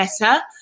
better